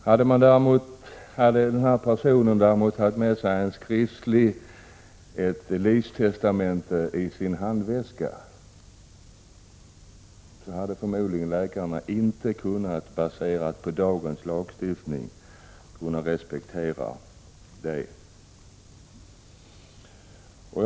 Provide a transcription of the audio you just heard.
Hade den här personen däremot haft ett livstestamente i sin handväska, hade läkarna med tanke på dagens lagstiftning förmodligen inte kunnat respektera personens önskan.